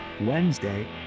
Wednesday